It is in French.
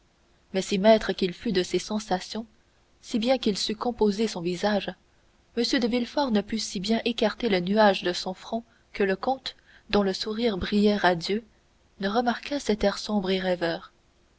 mais si maître qu'il fût de ses sensations si bien qu'il sût composer son visage m de villefort ne put si bien écarter le nuage de son front que le comte dont le sourire brillait radieux ne remarquât cet air sombre et rêveur